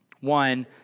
One